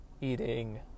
eating